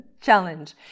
challenge